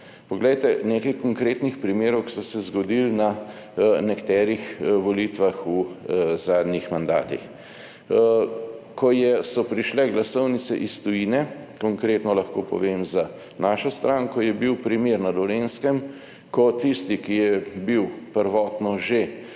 poglejte nekaj konkretnih primerov, ki so se zgodili na nekaterih volitvah v zadnjih mandatih. Ko so prišle glasovnice iz tujine, konkretno lahko povem za našo stranko, je bil primer na Dolenjskem, ko tisti, ki je bil prvotno že razglašen